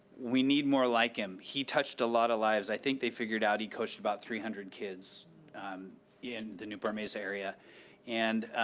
we need more like him. he touched a lot of lives. i think they figured out he coached about three hundred kids in the newport-mesa area and,